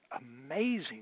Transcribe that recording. amazing